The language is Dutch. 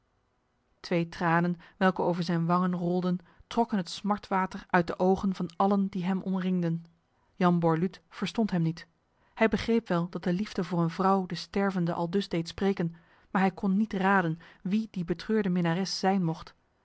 twee tranen welke over zijn wangen rolden trokken het smartwater uit de ogen van allen die hem omringden jan borluut verstond hem niet hij begreep wel dat de liefde voor een vrouw de stervende aldus deed spreken maar hij kon niet raden wie die betreurde minnares zijn mocht